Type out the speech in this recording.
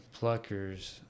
pluckers